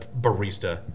barista